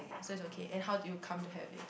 so it's okay and how do you come to have it